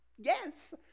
Yes